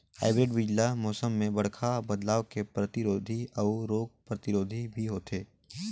hybrid बीज ल मौसम में बड़खा बदलाव के प्रतिरोधी अऊ रोग प्रतिरोधी भी होथे